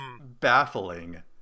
baffling